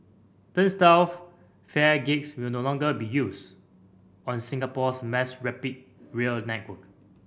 turnstile fare gates will no longer be used on Singapore's mass rapid rail network